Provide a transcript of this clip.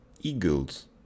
Eagles